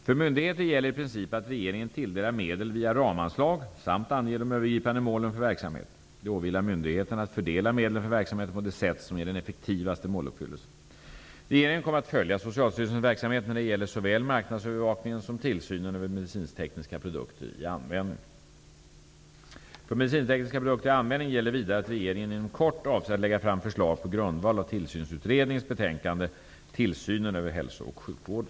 För myndigheter gäller i princip att regeringen tilldelar medel via ramanslag samt anger de övergripande målen för verksamheten. Det åvilar myndigheten att fördela medlen för verksamheten på det sätt som ger den effektivaste måluppfyllelsen. Regeringen kommer att följa Socialstyrelsens verksamhet när det gäller såväl marknadsövervakningen som tillsynen över medicintekniska produkter i användning. För medicintekniska produkter i användning gäller vidare att regeringen inom kort avser att lägga fram förslag på grundval av Tillsynsutredningens betänkande Tillsynen över hälso och sjukvården